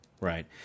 Right